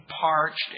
parched